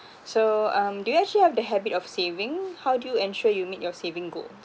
so um do you actually have the habit of saving how do you ensure you meet your saving goals